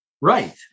Right